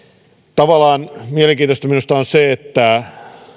tavallaan mielenkiintoista minusta on se että